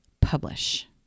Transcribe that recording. publish